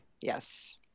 Yes